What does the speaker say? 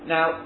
Now